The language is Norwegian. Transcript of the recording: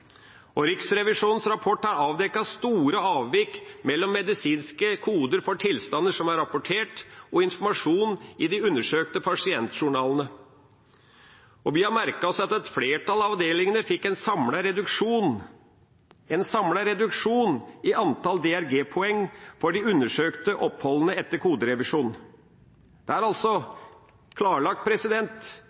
og Riksrevisjonens rapport har avdekket store avvik mellom medisinske koder for tilstander som er rapportert, og informasjon i de undersøkte pasientjournalene. Vi har merket oss at et flertall av avdelingene fikk en samlet reduksjon i antall DRG-poeng for de undersøkte oppholdene etter koderevisjonen. Det er altså klarlagt,